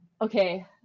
Okay